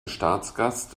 staatsgast